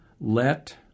Let